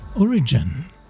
origin